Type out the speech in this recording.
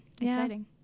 exciting